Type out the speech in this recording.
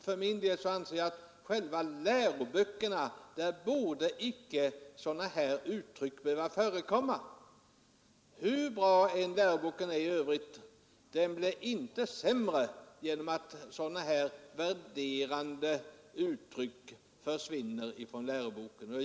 För min del anser jag att sådana här uttryck icke borde behöva förekomma i läroböckerna. Hur bra en lärobok än är i övrigt blir den inte sämre av att sådana här värderande uttryck försvinner.